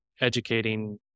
educating